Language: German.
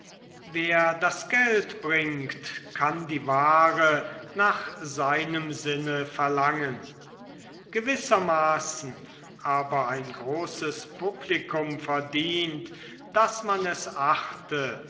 wer das geld bringt kann die ware nach seinem sinne verlangen gewissermaßen aber ein großes publikum verdient daß man es achte